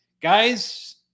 Guys